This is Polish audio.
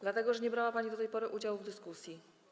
Dlatego, że nie brała pani do tej pory udziału w dyskusji.